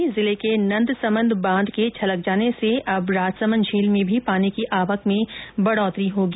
वहीं जिले के नंदसमंद बांध के छलक जाने से अब राजसमंद झील में भी पानी की आवक में बढोतरी होगी